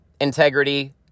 integrity